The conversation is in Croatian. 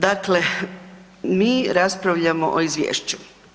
Dakle, mi raspravljamo o izvješću.